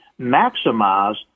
maximize